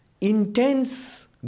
intense